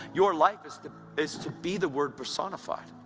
your life is to is to be the word personified.